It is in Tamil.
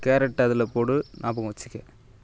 கேரட்டை அதில் போடு ஞாபகம் வச்சுக்க